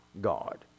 God